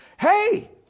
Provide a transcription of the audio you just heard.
hey